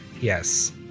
Yes